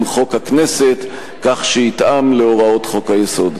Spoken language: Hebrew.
חוק הכנסת כך שיתאם את הוראות חוק-היסוד.